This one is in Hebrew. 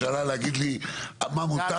למה זה חשוב, היושב ראש, הסיפור הזה?